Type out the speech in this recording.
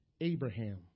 Abraham